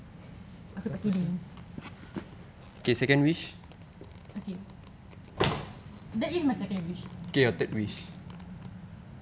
aku tak kidding okay that is my second wish